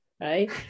right